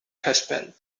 husband